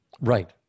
Right